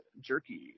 jerky